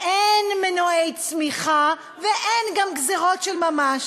אין מנועי צמיחה ואין גם גזירות של ממש,